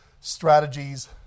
strategies